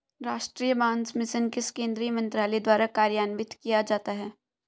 राष्ट्रीय बांस मिशन किस केंद्रीय मंत्रालय द्वारा कार्यान्वित किया जाता है?